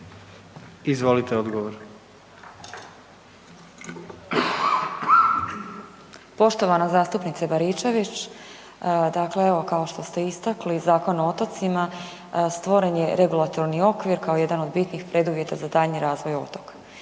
Nataša (HDZ)** Poštovana zastupnice Baričević. Dakle, kao što ste istakli Zakon o otocima, stvoren je regulatorni okvir kao jedan od bitnih preduvjeta za daljnji razvoj otoka.